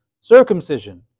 circumcision